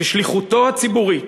בשליחותו הציבורית